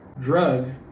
drug